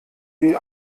die